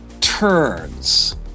turns